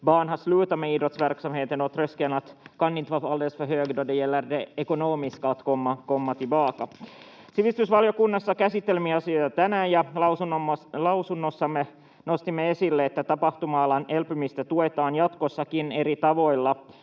barn har slutat med idrottsverksamheten, och tröskeln kan inte vara alldeles för hög, då det gäller det ekonomiska, att komma tillbaka. Sivistysvaliokunnassa käsittelimme asiaa tänään, ja lausunnossamme nostimme esille, että tapahtuma-alan elpymistä tuetaan jatkossakin eri tavoilla